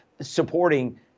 supporting